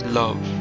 love